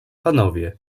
panowie